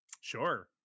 sure